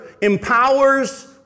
empowers